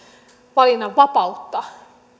valinnanvapautta